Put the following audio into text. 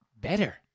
better